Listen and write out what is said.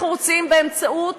אנחנו רוצים באמצעות